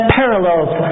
parallels